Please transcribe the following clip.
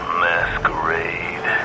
masquerade